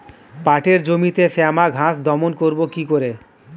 পাটের জমিতে শ্যামা ঘাস দমন করবো কি করে?